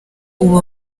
ubu